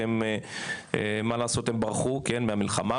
ושברחו מהמלחמה,